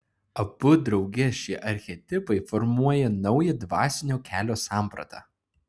abu drauge šie archetipai formuoja naują dvasinio kelio sampratą